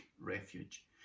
refuge